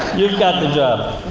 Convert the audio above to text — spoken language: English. you've got the job.